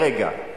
כרגע.